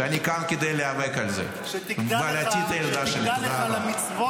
שאני כאן כדי להיאבק על זה -- שתגדל לך למצוות,